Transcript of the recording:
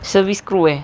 service crew eh